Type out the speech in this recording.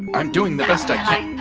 i'm doing the best i